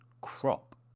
crop